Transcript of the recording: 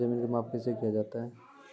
जमीन की माप कैसे किया जाता हैं?